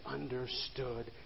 understood